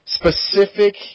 specific